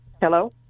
Hello